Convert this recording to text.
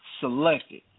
selected